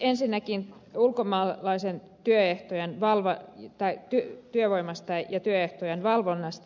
ensinnäkin ulkomaalaisesta työvoimasta ja työehtojen valvonnasta